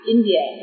India